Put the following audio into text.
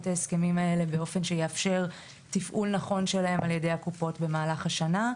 ההסכמים האלה באופן שיאפשר תפעול נכון שלהם על ידי הקופות במהלך השנה,